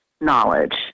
knowledge